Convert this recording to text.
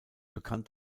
bekannt